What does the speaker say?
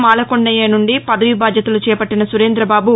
మాలకొండయ్య నుండి పదవీ బాధ్యతలు చేపట్టిన సురేంద్ర బాబు